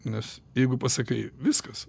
nes jeigu pasakai viskas